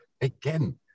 Again